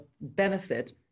benefit